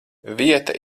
vieta